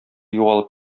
югалып